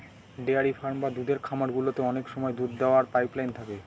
dairy farm বা দুধের খামার গুলোতে অনেক সময় দুধ দোওয়ার পাইপ লাইন থাকে